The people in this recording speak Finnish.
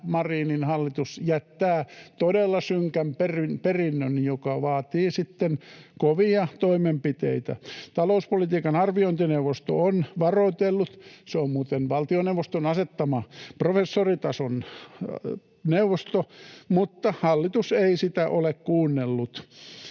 Marinin hallitus jättää todella synkän perinnön, joka vaatii sitten kovia toimenpiteitä. Talouspolitiikan arviointineuvosto on varoitellut — se on muuten valtioneuvoston asettama professoritason neuvosto — mutta hallitus ei sitä ole kuunnellut.